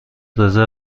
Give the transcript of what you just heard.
رزرو